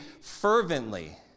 fervently